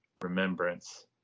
remembrance